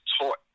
taught